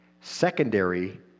secondary